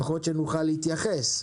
לפחות שנוכל להתייחס,